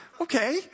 Okay